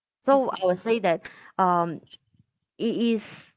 so I would say that um it is